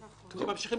שממשיכים לגדול.